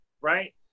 Right